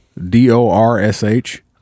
d-o-r-s-h